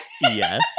Yes